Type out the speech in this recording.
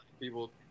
people